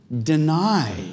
deny